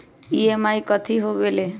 EMI कथी होवेले?